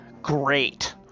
Great